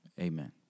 Amen